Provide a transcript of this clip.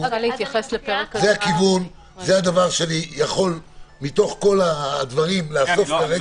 זה הדבר שאני יכול מתוך כל הדברים, לאסוף כרגע.